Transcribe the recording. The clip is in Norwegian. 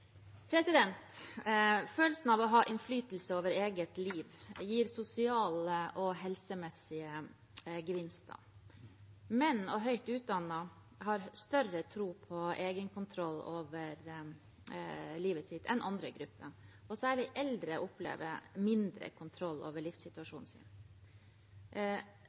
replikkordskifte. Følelsen av å ha innflytelse over eget liv gir sosiale og helsemessige gevinster. Menn og høyt utdannede har større tro på egenkontroll over livet sitt enn andre grupper. Særlig eldre opplever mindre kontroll over livssituasjonen sin.